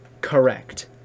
correct